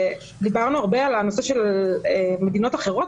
דיברנו הרבה על הנושא של מדינות אחרות.